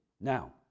Now